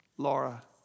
Laura